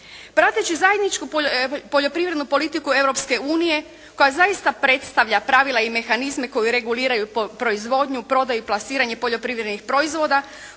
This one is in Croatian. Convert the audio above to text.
Prateći zajedničku poljoprivrednu politiku Europske unije koja zaista predstavlja pravila i mehanizme koji reguliraju proizvodnju, prodaju i plasiranje poljoprivrednih proizvoda